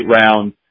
round